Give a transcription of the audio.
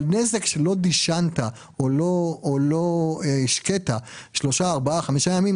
אבל אם לא דישנת או לא השקית שלושה-ארבעה-חמישה ימים,